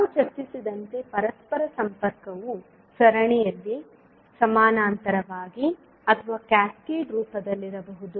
ನಾವು ಚರ್ಚಿಸಿದಂತೆ ಪರಸ್ಪರ ಸಂಪರ್ಕವು ಸರಣಿಯಲ್ಲಿ ಸಮಾನಾಂತರವಾಗಿ ಅಥವಾ ಕ್ಯಾಸ್ಕೇಡ್ ರೂಪದಲ್ಲಿರಬಹುದು